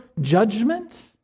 judgment